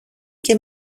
και